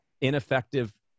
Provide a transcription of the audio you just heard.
ineffective